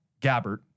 Gabbert